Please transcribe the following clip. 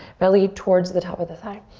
belly towards the top of the thigh.